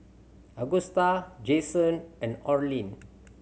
Agusta Jayson and Orlin